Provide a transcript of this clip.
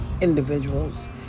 individuals